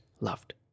loved